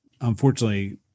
unfortunately